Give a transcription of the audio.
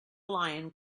lion